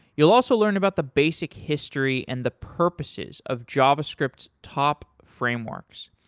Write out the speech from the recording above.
you'll also learn about the basic history and the purposes of javascript's top frameworks.